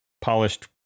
polished